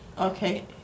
Okay